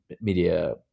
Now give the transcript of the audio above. media